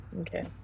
Okay